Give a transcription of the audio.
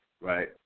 right